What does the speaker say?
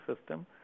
system